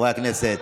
חברי הכנסת,